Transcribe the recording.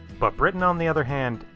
but britain on the other hand,